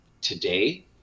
today